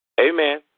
Amen